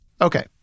Okay